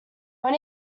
when